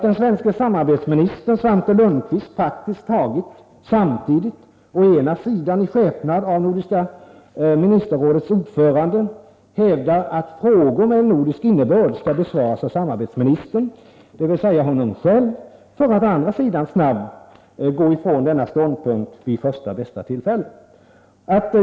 Den svenske samarbetsministern Svante Lundkvist har praktiskt taget samtidigt, å ena sidan i skepnad av Nordiska ministerrådets ordförande, hävdat att frågor med en nordisk innebörd skall besvaras av samarbetsministern — dvs. av honom själv — för att å andra sidan snabbt gå ifrån denna ståndpunkt vid första bästa tillfälle.